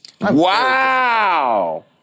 Wow